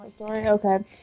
okay